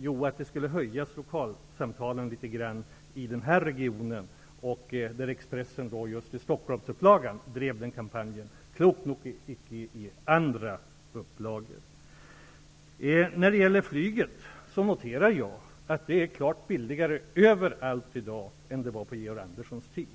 Jo, det berodde på att avgifterna för lokalsamtalen skulle höjas litet grand i denna region. Expressen drev i Stockholmsupplagan en kampanj. Det gjorde man klokt nog inte i andra upplagor. Jag noterar att flyget i dag är klart billigare överallt än vad det var på Georg Anderssons tid.